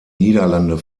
niederlande